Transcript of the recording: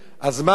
אז מה המשמעות,